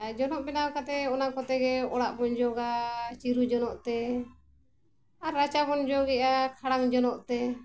ᱟᱨ ᱡᱚᱱᱚᱜ ᱵᱮᱱᱟᱣ ᱠᱟᱛᱮᱫ ᱚᱱᱟ ᱠᱚᱛᱮᱜᱮ ᱚᱲᱟᱜ ᱵᱚᱱ ᱡᱚᱜᱟ ᱪᱤᱨᱩ ᱡᱚᱱᱚᱜ ᱛᱮ ᱟᱨ ᱨᱟᱪᱟ ᱵᱚᱱ ᱡᱚᱜᱮᱜᱼᱟ ᱠᱷᱟᱲᱟᱝ ᱡᱚᱱᱚᱜ ᱛᱮ